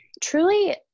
truly –